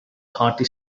hearty